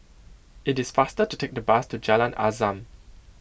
it is faster to take the bus to Jalan Azam